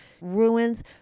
ruins